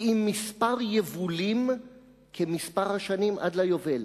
אם מספר יבולים כמספר השנים עד ליובל.